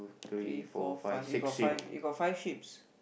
three four five you got five you got five Sheeps